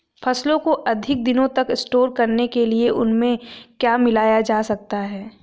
फसलों को अधिक दिनों तक स्टोर करने के लिए उनमें क्या मिलाया जा सकता है?